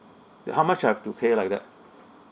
how much I've to pay like that